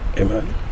Amen